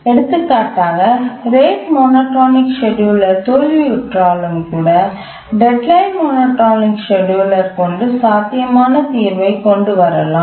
எடுத்துக்காட்டாக rate monotonic scheduler தோல்வியுற்றாலும் கூட டெட்லைன் மோனோடோனிக் ஸ்கேட்யூலர் கொண்டு சாத்தியமான தீர்வைக் கொண்டு வரலாம்